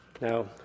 Now